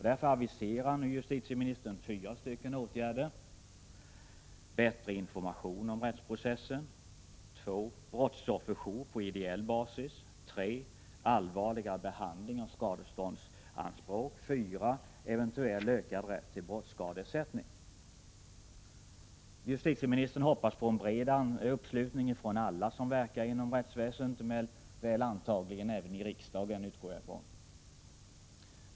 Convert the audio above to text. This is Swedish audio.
Därför aviserar justitieministern fyra åtgärder: Justitieministern hoppas på en bred uppslutning från alla som verkar inom rättsväsendet och även från oss i riksdagen, antar jag.